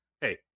hey